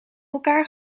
elkaar